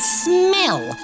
smell